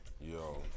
Yo